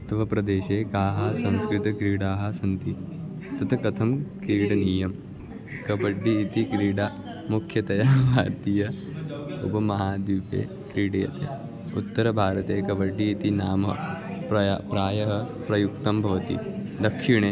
तव प्रदेशे काः संस्कृतक्रीडाः सन्ति तत् कथं क्रीडनीयं कबड्डि इति क्रीडा मुख्यतया भारतीये उपमहाद्वीपे क्रीड्यते उत्तरभारते कबड्डि इति नाम प्रायः प्रायः प्रयुक्तं भवति दक्षिणे